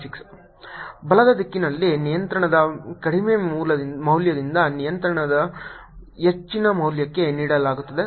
n12i183j122182×312i183j6427231i3331j ಬಲದ ದಿಕ್ಕನ್ನು ನಿಯಂತ್ರಣದ ಕಡಿಮೆ ಮೌಲ್ಯದಿಂದ ನಿಯಂತ್ರಣದ ಹೆಚ್ಚಿನ ಮೌಲ್ಯಕ್ಕೆ ನೀಡಲಾಗುತ್ತದೆ